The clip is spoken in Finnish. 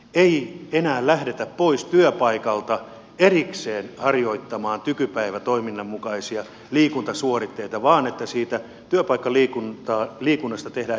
ei enää lähdetä pois työpaikalta erikseen harjoittamaan tykypäivätoiminnan mukaisia liikuntasuoritteita vaan siitä työpaikkaliikunnasta tehdään jokapäiväistä toimintaa